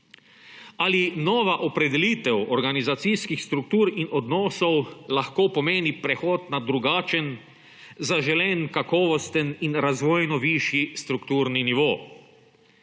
Ali nova opredelitev organizacijskih struktur in odnosov lahko pomeni prehod na drugačen, zaželen, kakovosten in razvojno višji strukturni nivo?